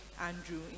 Andrew